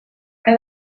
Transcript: que